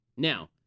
Now